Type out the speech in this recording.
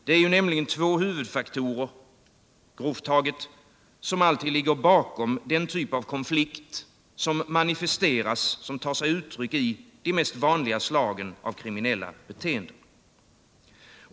Det är nämligen, grovt taget, två huvudfaktorer som alltid ligger bakom den typ av konflikt som manifesteras i de mest vanliga slagen av kriminella beteenden.